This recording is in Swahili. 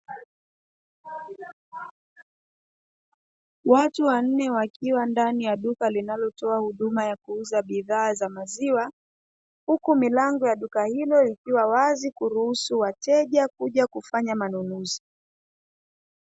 Watu wanne wakiwa ndani ya duka linalotoa huduma ya kuuza bidhaa za maziwa, Huku milango ya duka hilo ikiwa wazi kuruhusu wateja Kuj kufanya manunuzi.